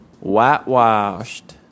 whitewashed